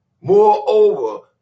moreover